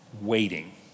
waiting